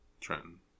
Trenton